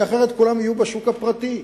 כי אחרת כולם יהיו בשוק הפרטי.